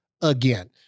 again